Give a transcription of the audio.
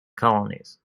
colonies